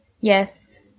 Yes